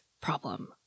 problem